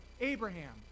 Abraham